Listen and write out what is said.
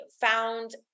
found